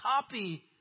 copy